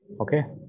okay